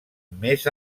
més